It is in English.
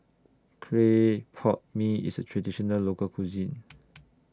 Clay Pot Mee IS A Traditional Local Cuisine